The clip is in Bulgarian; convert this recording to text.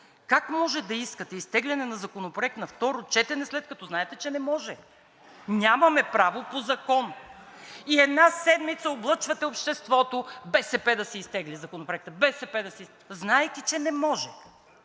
как може да искате изтегляне на Законопроект на второ четене, след като знаете, че не може, нямаме право по закон. И една седмица облъчвате обществото: БСП да си изтегли Законопроекта, БСП да…, знаейки, че не може.